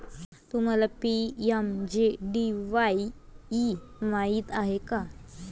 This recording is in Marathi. तुम्हाला पी.एम.जे.डी.वाई माहित आहे का?